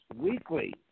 weekly